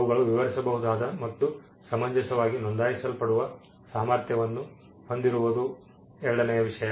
ಅವುಗಳು ವಿವರಿಸಬಹುದಾದ ಮತ್ತು ಸಮಂಜಸವಾಗಿ ನೋಂದಾಯಿಸಲ್ಪಡುವ ಸಾಮರ್ಥ್ಯವನ್ನು ಹೊಂದಿರುವುದು ಎರಡನೆಯ ವಿಷಯ